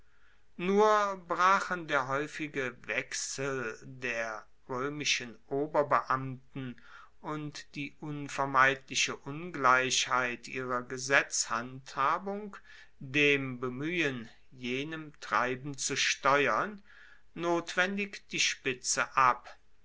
nur brachen der haeufige wechsel der roemischen oberbeamten und die unvermeidliche ungleichheit ihrer gesetzhandhabung dem bemuehen jenem treiben zu steuern notwendig die spitze ab